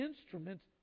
instruments